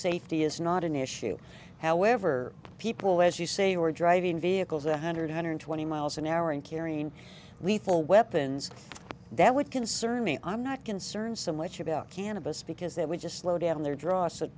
safety is not an issue however people as you say were driving vehicles one hundred hundred twenty miles an hour and carrying lethal weapons that would concern me i'm not concerned so much about cannabis because that would just slow down their dross that